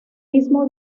mismo